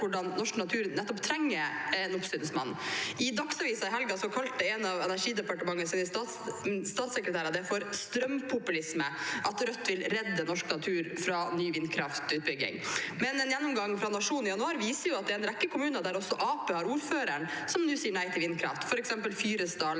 hvordan norsk natur trenger nettopp en oppsynsmann. I Dagsavisen i helgen kalte en av Energidepartementets statssekretærer det for strømpopulisme når Rødt vil redde norsk natur fra ny vindkraftutbygging. Men en gjennomgang fra Nationen i januar viser at også en rekke kommuner der Arbeiderpartiet har ordføreren, nå sier nei til vindkraft, f.eks. Fyresdal,